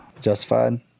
Justified